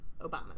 Obamas